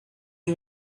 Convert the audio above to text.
you